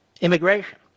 immigration